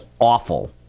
awful